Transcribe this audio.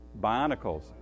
Bionicles